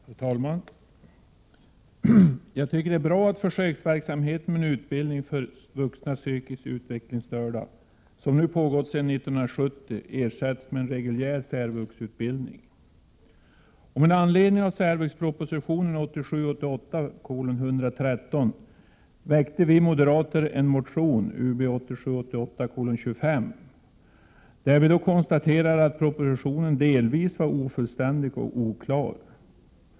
Herr talman! Jag tycker det är bra att försöksverksamheten med utbildning för vuxna psykiskt utvecklingsstörda, som pågått sedan 1970, nu ersätts med en reguljär särvuxutbildning. Med anledning av särvuxpropositionen, 1987 88:Ub25, i vilken vi konstaterade att propositionen delvis var ofullständig och oklar.